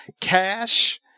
cash